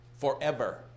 forever